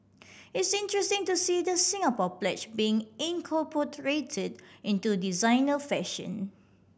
it's interesting to see the Singapore Pledge being incorporated into designer fashion